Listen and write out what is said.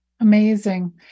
Amazing